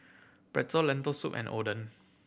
Pretzel Lentil Soup and Oden